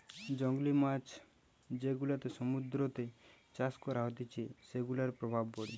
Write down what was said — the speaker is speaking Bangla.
জংলী মাছ যেগুলা সমুদ্রতে চাষ করা হতিছে সেগুলার প্রভাব পড়ে